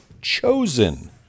chosen